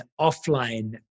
offline